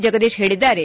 ಜಗದೀತ್ ಹೇಳಿದ್ದಾರೆ